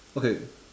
okay